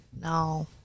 No